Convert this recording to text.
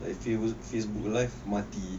like fac~ facebook live mati